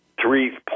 three